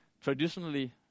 Traditionally